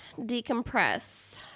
decompress